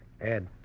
Ed